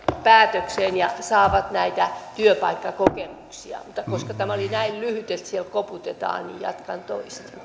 päätökseen ja he saavat näitä työpaikkakokemuksia mutta koska tämä oli näin lyhyt että siellä koputetaan niin jatkan toiste